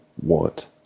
want